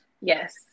yes